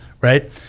right